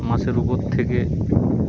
মাছের উপর থেকে